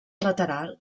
lateral